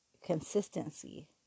consistency